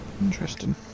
Interesting